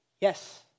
yes